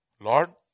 Lord